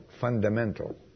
fundamental